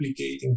replicating